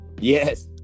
Yes